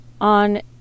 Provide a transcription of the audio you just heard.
on